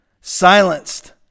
Silenced